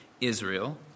Israel